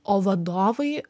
o vadovai